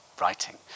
writing